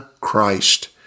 Christ